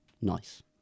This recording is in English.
nice